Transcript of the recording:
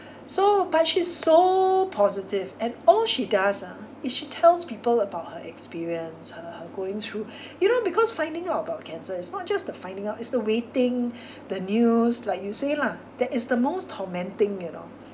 so but she's so positive and all she does ah is she tells people about her experience her her going through you know because finding out about cancer it's not just the finding out it's the waiting the news like you say lah that is the most tormenting you know